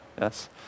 yes